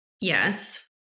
Yes